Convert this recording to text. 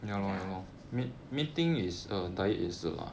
ya